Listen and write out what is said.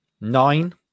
nine